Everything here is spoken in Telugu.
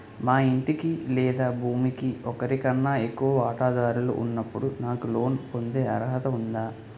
మా ఇంటికి లేదా భూమికి ఒకరికన్నా ఎక్కువ వాటాదారులు ఉన్నప్పుడు నాకు లోన్ పొందే అర్హత ఉందా?